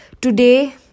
Today